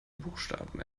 buchstaben